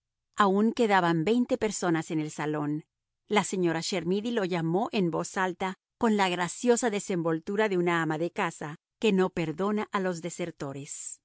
aun quedaban veinte personas en el salón la señora chermidy lo llamó en voz alta con la graciosa desenvoltura de un ama de casa que no perdona a los desertores